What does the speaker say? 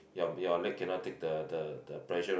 your your leg cannot take the the the pressure